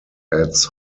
adds